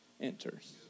enters